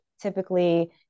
typically